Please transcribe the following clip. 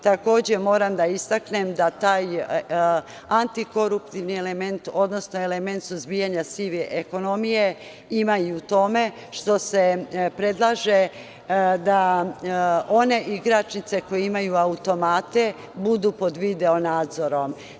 Takođe, moram da istaknem da taj antikoruptivni element, odnosno element suzbijanja sive ekonomije ima i u tome što se predlaže da one igračnice koje imaju automate budu pod video nadzorom.